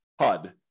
HUD